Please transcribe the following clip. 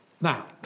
now